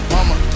Mama